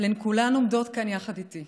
אבל הן כולן עומדות כאן יחד איתי.